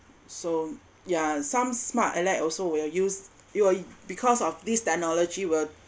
so yeah some smart aleck also will use it'll because of this technology will